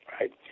right